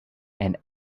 and